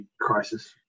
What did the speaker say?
crisis